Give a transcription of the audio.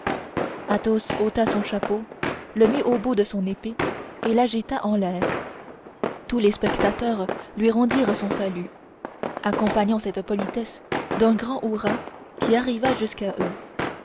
parieur athos ôta son chapeau le mit au bout de son épée et l'agita en l'air tous les spectateurs lui rendirent son salut accompagnant cette politesse d'un grand hourra qui arriva jusqu'à eux